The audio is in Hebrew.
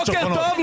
בוקר טוב,